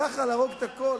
ככה להרוג את הכול?